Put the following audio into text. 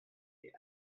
the